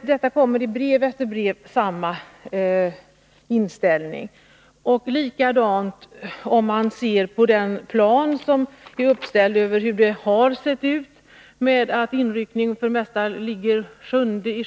— I brev efter brev återkommer samma inställning. Enligt den plan som är uppställd låg inryckningen 1982 den